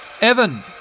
Evan